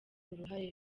uruhare